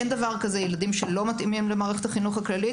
אין דבר כזה ילדים שלא מתאימים למערכת החינוך הכללית,